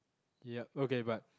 yup okay but